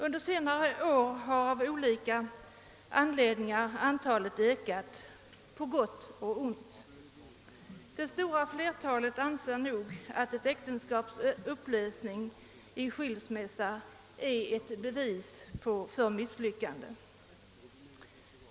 Under senare år har av olika anledningar antalet skilsmässor ökat, vilket är på både gott och ont. Det stora flertalet människor anser nog att ett äktenskaps upplösning i skilsmässa är ett bevis för misslyckande.